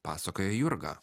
pasakoja jurga